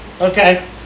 Okay